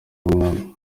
umwanda